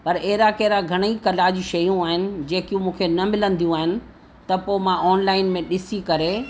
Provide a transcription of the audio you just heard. पर अहिड़ा कहिड़ा घणेई कला जी शयूं आहिनि जेकी मूंखे न मिलंदियूं आहिनि त पोइ मां ऑनलाइन में ॾिसी करे